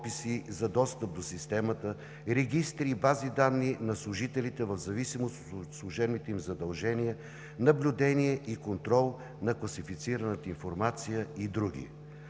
за достъп до системи, регистри и бази данни на служителите в зависимост от служебните им задължения, наблюдение и контрол на класифицирана информация и други.